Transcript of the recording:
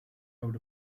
out